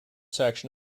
section